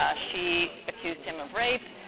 ah she accused him of rape.